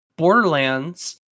Borderlands